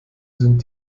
sind